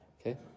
Okay